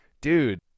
dude